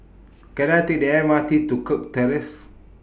Can I Take The M R T to Kirk Terrace